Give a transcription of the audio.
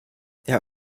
there